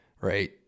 right